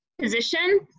position